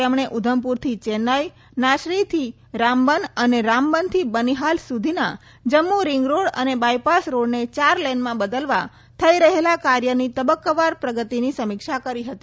તેમણે ઉધમપુર થી ચેન્નાઈ નાશરી થી રામબન અને રામબનથી બનીહાલ સુધીના જમ્મુ રીંગ રોડ અને બાયપાસ રોડને ચાર લેનમાં બદલવા થઈ રહેલા કાર્યની તબકકાવાર પ્રગતિની સમીક્ષા કરી હતી